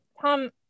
tom